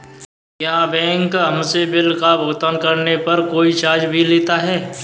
क्या बैंक हमसे बिल का भुगतान करने पर कोई चार्ज भी लेता है?